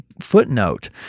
footnote